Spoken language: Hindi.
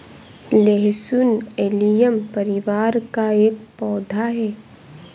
लहसुन एलियम परिवार का एक पौधा है